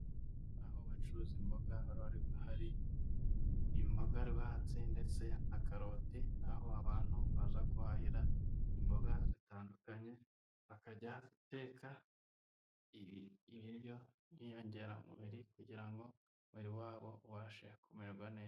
Aho bacuruza imboga, aho hari imboga rwatsi ndetse n'akaroti, aho abantu baza guhahira imboga zitandukanye, bakarya iteka ibiryo by'inyongeramubiri kugira ngo umubiri wabo ubashe kumererwa neza.